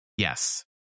Yes